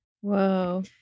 Whoa